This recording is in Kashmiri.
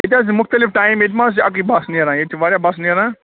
ییٚتہِ حظ چھِ مُختلِف ٹایِم ییٚتہِ ما حظ چھِ اَکٕے بَس نیران ییٚتہِ چھِ واریاہ بَسہٕ نیران